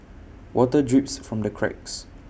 water drips from the cracks